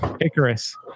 Icarus